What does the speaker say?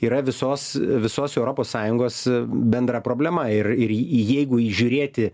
yra visos visos europos sąjungos bendra problema ir ir j jeigu įžiūrėti